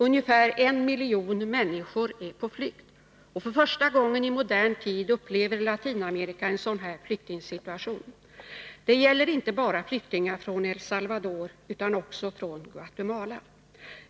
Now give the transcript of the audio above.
Ungefär en miljon människor är på flykt. För första gången i modern tid upplever Latinamerika en sådan här flyktingsituation. Det gäller inte bara flyktingar från El Salvador utan också från Guatemala.